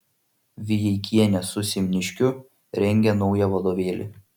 vijeikienė su simniškiu rengia naują vadovėlį